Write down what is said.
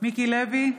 מיקי לוי,